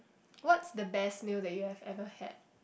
what's the best meal that you have ever had